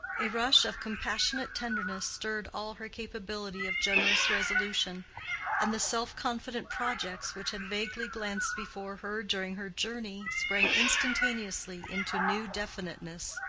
a rush of compassionate tenderness stirred all her capability of generous resolution and the self-confident projects which had vaguely glanced before her during her journey sprang instantaneously into new definiteness.